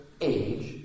age